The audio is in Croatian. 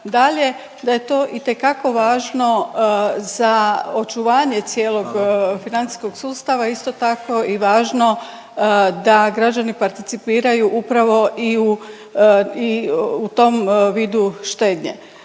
dalje, da je to itekako važno za očuvanje cijelog financijskog sustava, isto tako i važno da građani participiraju upravo i u i u tom vidu štednje.